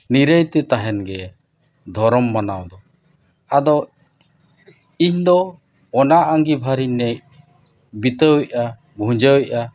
ᱱᱤᱨᱟᱹᱭ ᱛᱮ ᱛᱟᱦᱮᱱ ᱜᱮ ᱫᱷᱚᱨᱚᱢ ᱢᱟᱱᱟᱣᱫᱚ ᱟᱫᱚ ᱤᱧᱫᱚ ᱚᱱᱟ ᱟᱸᱜᱤᱵᱷᱟᱨ ᱤᱧ ᱵᱤᱛᱟᱹᱣᱮᱜᱼᱟ ᱵᱷᱩᱡᱟᱹᱣᱮᱫᱼᱟ